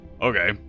Okay